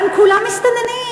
הרי הם כולם מסתננים,